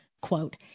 Quote